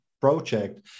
project